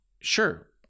sure